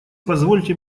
позвольте